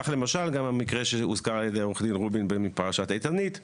כך למשל גם המקרה שהוזכר על ידי עו"ד רובין בפרשת איתנית.